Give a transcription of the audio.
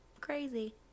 Crazy